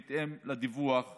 בהתאם לדיווח החברות.